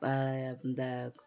இந்த